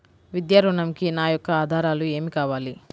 విద్యా ఋణంకి నా యొక్క ఆధారాలు ఏమి కావాలి?